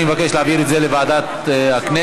אני מבקש להעביר את זה לוועדת הכנסת,